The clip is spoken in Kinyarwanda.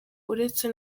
uretse